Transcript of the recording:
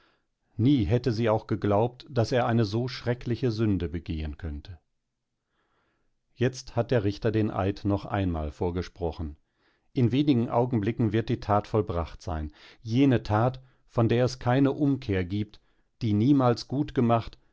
nie hätte sie auch geglaubt daß er eine so schreckliche sünde begehen könnte jetzt hat der richter den eid noch einmal vorgesprochen in wenigen augenblicken wird die tat vollbracht sein jene tat von der es keine umkehr gibt die niemals gutgemacht